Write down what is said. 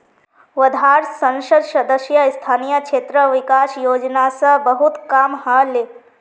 वर्धात संसद सदस्य स्थानीय क्षेत्र विकास योजना स बहुत काम ह ले